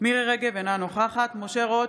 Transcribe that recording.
מירי מרים רגב, אינה נוכחת משה רוט,